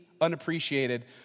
unappreciated